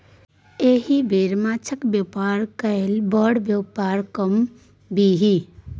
एहि बेर माछक बेपार कए बड़ पाय कमबिही